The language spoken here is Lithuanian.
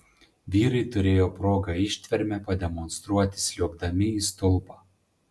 vyrai turėjo progą ištvermę pademonstruoti sliuogdami į stulpą